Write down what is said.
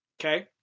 okay